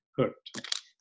hooked